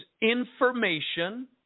information